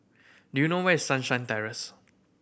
do you know where is Sunshine Terrace